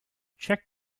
check